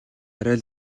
арай